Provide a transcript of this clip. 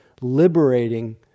liberating